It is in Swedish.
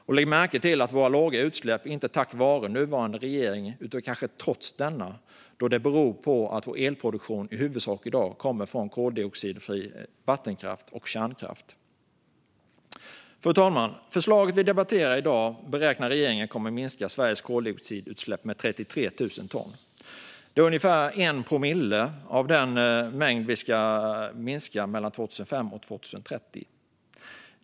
Och lägg märke till att vi har våra låga utsläpp inte tack vare nuvarande regering, utan kanske trots denna, då de beror på att vår elproduktion i huvudsak i dag kommer från koldioxidfri vattenkraft och kärnkraft. Fru talman! Regeringen beräknar att förslaget vi debatterar i dag kommer att minska Sveriges koldioxidutsläpp med 33 000 ton. Det är ungefär 1 promille av den mängd vi ska minska utsläppen med mellan 2005 och 2030.